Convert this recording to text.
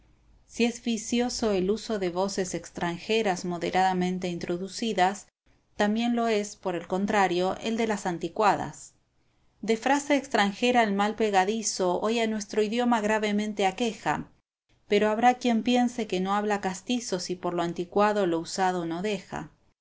autor se fué como avergonzado por qué porque un impresor le tenía asalariado fábula xxxix el retrato de golilla si es vicioso el uso de voces extranjeras modernamente introducidas también lo es por el contrario el de las anticuadas de frase extranjera el mal pegadizo hoy a nuestro idioma gravemente aqueja pero habrá quien piense que no habla castizo si por lo anticuado lo usado no deja